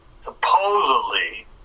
supposedly